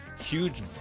huge